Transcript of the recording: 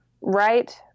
right